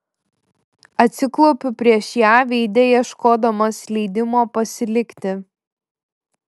atsiklaupiu prieš ją veide ieškodamas leidimo pasilikti